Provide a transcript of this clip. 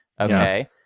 Okay